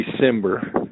December